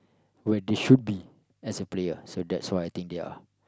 where they should be as a player so that's why they there